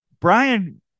Brian